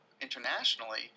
internationally